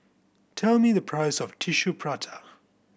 tell me the price of Tissue Prata